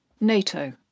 NATO